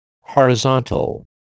horizontal